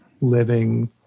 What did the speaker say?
living